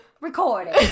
recording